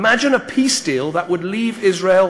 אדוני היושב-ראש,